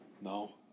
No